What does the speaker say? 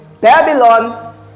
Babylon